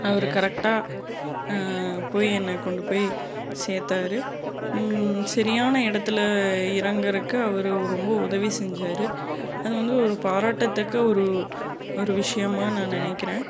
அவர் கரெக்டாக போய் என்ன கொண்டு போய் சேர்த்தாரு சரியான இடத்துல இறங்கிறக்கு அவர் ரொம்ப உதவி செஞ்சார் அது வந்து ஒரு பாராட்டத்தக்க ஒரு ஒரு விஷயமாக நான் நினைக்கிறேன்